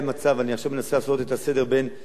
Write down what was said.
אני עכשיו מנסה לעשות את הסדר בין חבר